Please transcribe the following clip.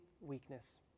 weakness